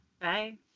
Bye